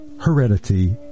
heredity